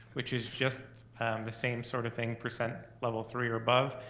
which is just the same sort of thing, percent level three or above,